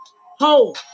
Ho